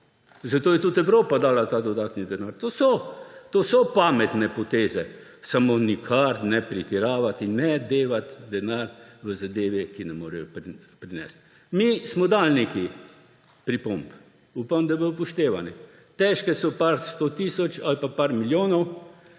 Zato je tudi Evropa dala ta dodatni denar. To so pametne poteze, samo nikar ne pretiravati in ne dajati denar v zadeve, ki ne morejo prinesti. Mi smo dali nekaj pripomb in upam, da bodo upoštevane. Težke so nekaj sto tisoč ali pa par milijonov